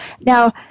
Now